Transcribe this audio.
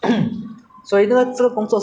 ah 拿你的食物 ah